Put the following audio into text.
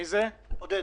עודד,